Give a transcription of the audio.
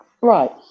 Right